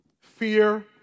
fear